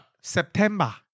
September